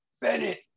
Bennett